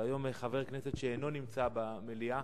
והיום חבר כנסת שאינו נמצא במליאה,